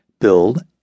build